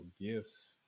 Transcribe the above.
gifts